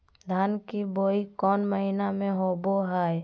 धान की बोई कौन महीना में होबो हाय?